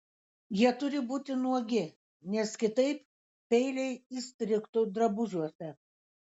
jie turi būti nuogi nes kitaip peiliai įstrigtų drabužiuose